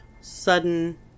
sudden